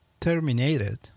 terminated